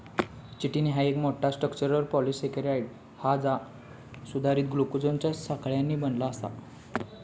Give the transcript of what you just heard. chitin ह्या एक मोठा, स्ट्रक्चरल पॉलिसेकेराइड हा जा सुधारित ग्लुकोजच्या साखळ्यांनी बनला आसा